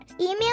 Email